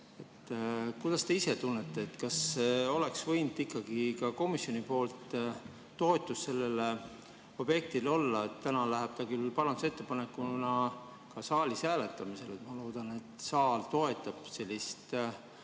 Kuidas te ise tunnete, kas oleks võinud ikkagi ka komisjoni toetus sellele objektile olla? Täna läheb ta küll parandusettepanekuna saalis hääletamisele, ma loodan, et saal toetab sellist